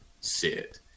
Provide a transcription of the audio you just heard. sit